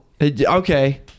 Okay